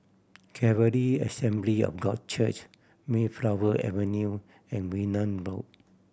Calvary Assembly of God Church Mayflower Avenue and Wee Nam Road